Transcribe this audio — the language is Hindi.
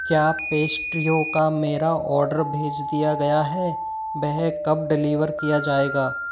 क्या पेस्ट्रीयों का मेरा ऑर्डर भेज दिया गया है वह कब डिलिवर किया जाएगा